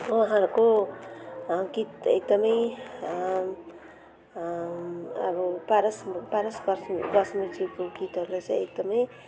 उहाँहरूको गीत एकदमै अब पारस पारस गज गजमेरजीको गीतहरूले चाहिँ एकदमै